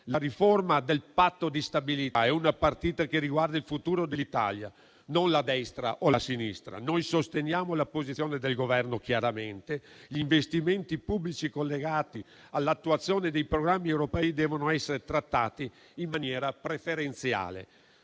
La riforma del Patto di stabilità è una partita che riguarda il futuro dell'Italia, non la destra o la sinistra. Noi sosteniamo chiaramente la posizione del Governo; gli investimenti pubblici collegati all'attuazione dei programmi europei devono essere trattati in maniera preferenziale.